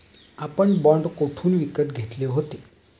आपण बाँड कोठून विकत घेतले होते?